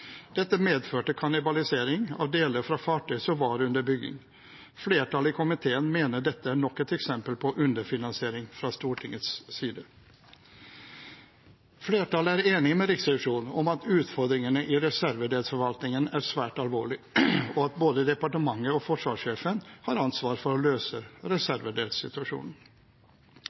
Dette medførte kannibalisering av deler fra fartøy som var under bygging. Flertallet i komiteen mener dette er nok et eksempel på underfinansiering fra Stortingets side. Flertallet er enig med Riksrevisjonen i at utfordringene i reservedelsforvaltningen er svært alvorlig, og at både departementet og forsvarssjefen har ansvar for å løse reservedelssituasjonen.